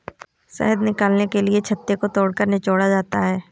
शहद निकालने के लिए छत्ते को तोड़कर निचोड़ा जाता है